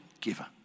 giver